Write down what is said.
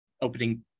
opening